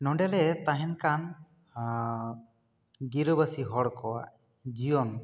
ᱱᱚᱰᱮ ᱞᱮ ᱛᱟᱦᱮᱱ ᱠᱟᱱ ᱜᱤᱨᱟᱹᱵᱟᱹᱥᱤ ᱦᱚᱲ ᱠᱚᱣᱟᱜ ᱡᱤᱭᱚᱱ